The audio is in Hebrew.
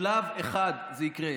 בשלב אחד זה יקרה,